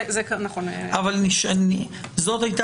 זה סעיף